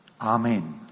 Amen